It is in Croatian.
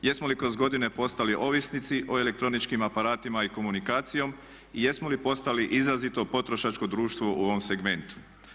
Jesmo li kroz godine postali ovisnici o elektroničkim aparatima i komunikaciji i jesmo li postali izrazito potrošačko društvo u ovom segmentu?